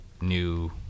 new